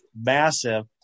massive